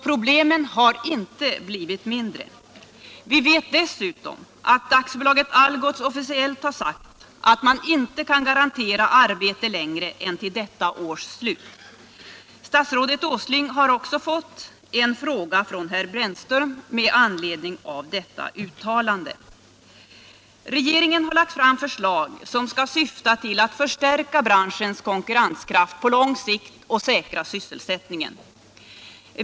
Problemen har alltså inte blivit mindre. Vi vet dessutom att Algots officiellt har sagt att man inte kan garantera arbete längre än till detta års slut. Statsrådet Åsling har också fått en fråga från herr Brännström med anledning av detta uttalande. Regeringen har lagt fram förslag som skall syfta till att förstärka branschens konkurrenskraft på lång sikt och säkra sysselsättningen.